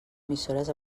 emissores